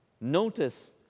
notice